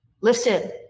Listen